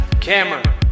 camera